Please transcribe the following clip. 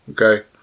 Okay